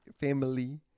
family